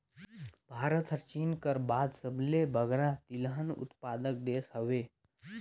भारत हर चीन कर बाद सबले बगरा तिलहन उत्पादक देस हवे